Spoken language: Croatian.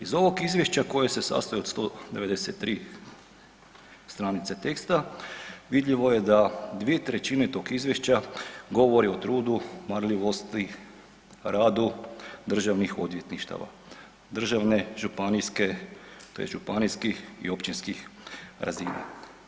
Iz ovog izvješća koje se sastoji od 193 stranice teksta vidljivo je da 2/3 tog izvješća govori o trudu, marljivosti, radu državnih odvjetništava, državne, županijske tj. županijskih i općinskih razina.